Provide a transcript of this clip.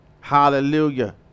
Hallelujah